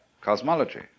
cosmology